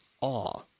awe